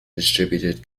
distributed